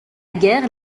guerre